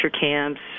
camps